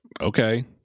okay